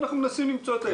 אנחנו מנסים למצוא את האיזון.